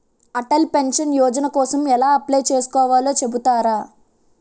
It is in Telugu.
అటల్ పెన్షన్ యోజన కోసం ఎలా అప్లయ్ చేసుకోవాలో చెపుతారా?